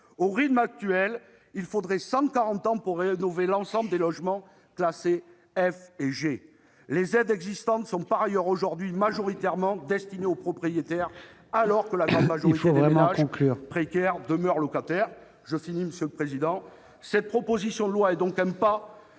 Au rythme actuel, il faudrait cent quarante ans pour rénover l'ensemble des logements classés F et G. Les aides existantes sont par ailleurs aujourd'hui majoritairement destinées aux propriétaires, alors que la grande majorité des ménages précaires demeurent locataires. Il faut vraiment conclure. Cette proposition de loi est donc un pas